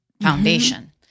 foundation